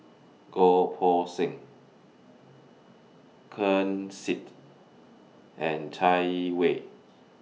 Goh Poh Seng Ken Seet and Chai Yee Wei